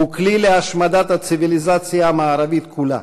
הוא כלי להשמדת הציוויליזציה המערבית כולה,